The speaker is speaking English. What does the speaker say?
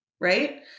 Right